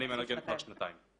אני מנגן כבר שנתיים.